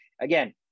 again